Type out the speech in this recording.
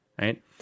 right